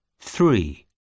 Three